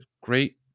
great